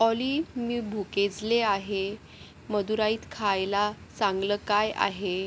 ऑली मी भुकेजले आहे मदुराईत खायला चांगलं काय आहे